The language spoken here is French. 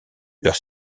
leur